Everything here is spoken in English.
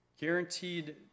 guaranteed